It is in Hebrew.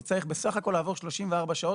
הוא יצטרך בסך הכל לעבור 34 שעות.